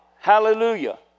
Hallelujah